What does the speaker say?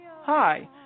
Hi